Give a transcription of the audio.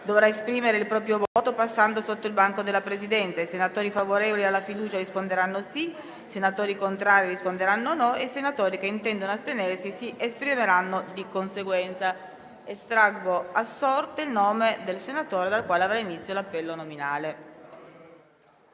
dovrà esprimere il proprio voto passando innanzi al banco della Presidenza. I senatori favorevoli alla fiducia risponderanno sì; i senatori contrari risponderanno no; i senatori che intendono astenersi si esprimeranno di conseguenza. Estraggo ora a sorte il nome del senatore dal quale avrà inizio l'appello nominale.